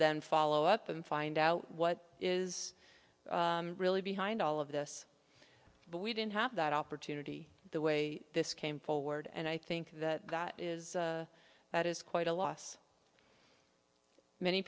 then follow up and find out what is really behind all of this but we didn't have that opportunity the way this came forward and i think that that is that is quite a loss many